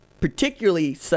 particularly